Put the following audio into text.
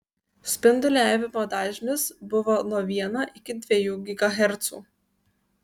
spinduliavimo dažnis buvo nuo vieno iki dviejų gigahercų